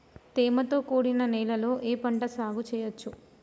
తేమతో కూడిన నేలలో ఏ పంట సాగు చేయచ్చు?